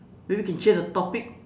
maybe you can change the topic